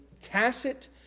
tacit